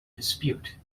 dispute